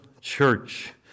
church